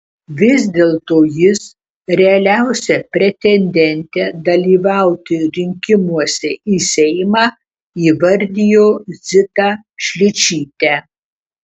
vis dėlto jis realiausia pretendente dalyvauti rinkimuose į seimą įvardijo zitą šličytę